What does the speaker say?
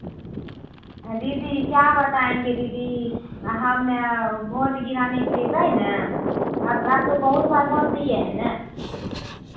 दीदी क्या बताएँगे दीदी हम ये वोट गिराने के लिए गए ना अब आप तो बहुत बार वोट दिए है ना